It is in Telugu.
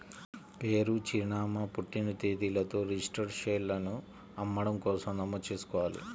పేరు, చిరునామా, పుట్టిన తేదీలతో రిజిస్టర్డ్ షేర్లను అమ్మడం కోసం నమోదు చేసుకోవాలి